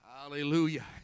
Hallelujah